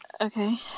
Okay